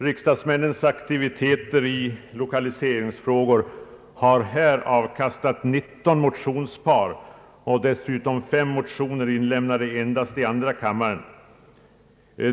Riksdagsmännens aktivitet i lokaliseringsfrågor har här omfattat 19 motionspar och dessutom fem motioner inlämnade endast i andra kammaren.